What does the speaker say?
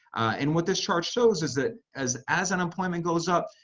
and what this chart shows is that as as unemployment goes up,